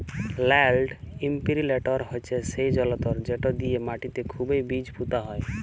land ইমপিরিলটর হছে সেই জলতর্ যেট দিঁয়ে মাটিতে খুবই বীজ পুঁতা হয়